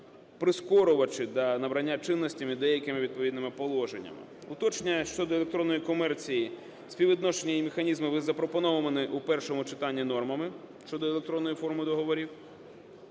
прискорювачі для набрання чинності деякими відповідними положеннями, уточнення щодо електронної комерції, співвідношення і механізми, запропонованими у першому читанні нормами щодо електронної форми договорів.